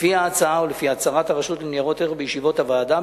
לפי ההצעה ולפי הצהרת הרשות לניירות ערך בישיבות הוועדה,